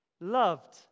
loved